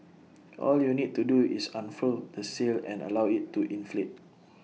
all you need to do is unfurl the sail and allow IT to inflate